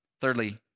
Thirdly